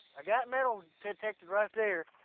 i got metal detected right there,